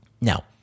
Now